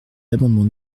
l’amendement